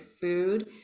food